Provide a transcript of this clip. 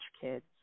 kids